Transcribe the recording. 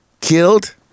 killed